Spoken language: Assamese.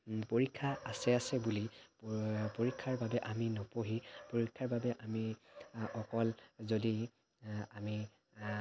পৰীক্ষা আছে আছে বুলি প পৰীক্ষাৰ বাবে আমি নপঢ়ি পৰীক্ষাৰ বাবে আমি অকল যদি আমি